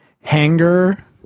hangar